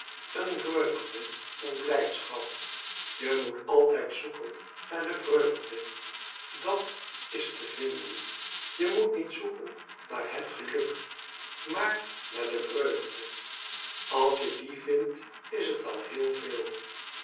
een vreugde een bhjdschap je moet altijd zoeken naar de vreugde dat is te vinden je moet niet zoeken naar het geluk maar naar de vreugde als je die vindt is het al heel veel